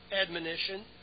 admonition